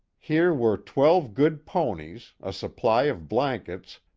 here were twelve good ponies, a supply of blankets,